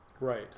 Right